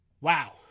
Wow